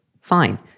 fine